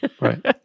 Right